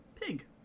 pig